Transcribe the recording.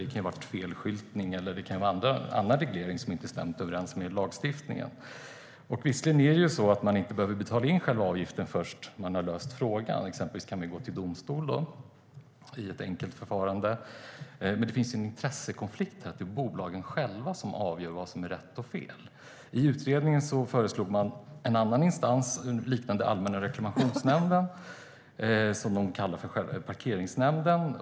Det kan ha varit felskyltning eller någon reglering som inte stämt överens med lagstiftningen. Visserligen behöver man inte betala in själva avgiften förrän frågan har lösts. Exempelvis kan man gå till domstol i ett enkelt förfarande. Men det finns en intressekonflikt här, nämligen att det är bolagen själva som avgör vad som är rätt och fel. I utredningen föreslogs en annan instans, liknande Allmänna reklamationsnämnden, som man kallade parkeringsnämnden.